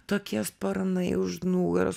tokie sparnai už nugaros